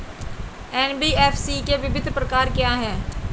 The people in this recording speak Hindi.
एन.बी.एफ.सी के विभिन्न प्रकार क्या हैं?